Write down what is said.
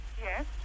Yes